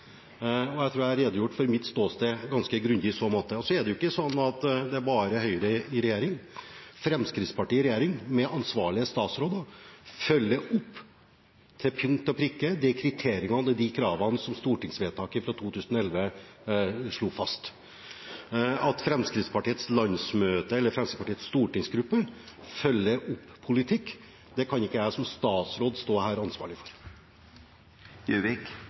Jeg tror jeg har redegjort for mitt ståsted ganske grundig i så måte. Så er det jo ikke sånn at det er bare Høyre i regjering. Fremskrittspartiet i regjering med ansvarlige statsråder følger opp til punkt og prikke kriteriene og kravene som stortingsvedtaket fra 2011 slo fast. At Fremskrittspartiets landsmøte eller Fremskrittspartiets stortingsgruppe følger opp politikk, det kan ikke jeg som statsråd stå ansvarlig for her.